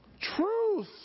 truth